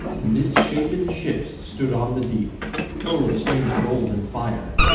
misshapen ships stood on the deep full of strange gold and fire,